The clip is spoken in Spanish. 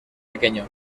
pequeño